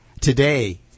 Today